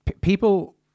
people